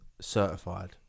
Certified